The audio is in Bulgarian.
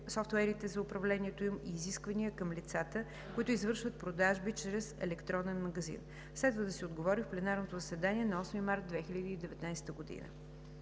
софтуерите за управлението им и изискванията към лицата, които извършват продажби чрез електронен магазин. Следва да се отговори в пленарното заседание на 8 март 2019 г.